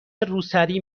روسری